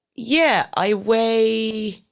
yeah i weigh.